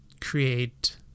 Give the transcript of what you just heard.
create